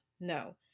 No